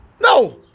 No